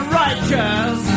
righteous